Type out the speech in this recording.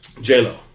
J-Lo